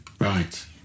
Right